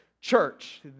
church